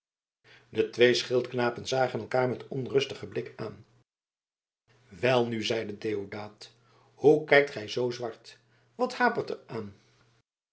de twee schildknapen zagen elkaar met onrustige blikken aan welnu zeide deodaat hoe kijkt gij zoo zwart wat hapert er aan